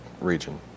region